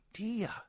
idea